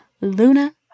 Luna